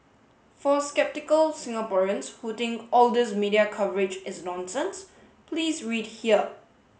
for sceptical Singaporeans who think all these media coverage is nonsense please read here